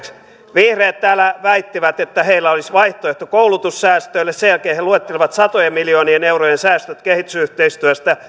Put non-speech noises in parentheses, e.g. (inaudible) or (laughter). vihreät täällä väittivät että heillä olisi vaihtoehto koulutussäästöille sen jälkeen he luettelivat satojen miljoonien eurojen säästöt kehitysyhteistyöstä (unintelligible)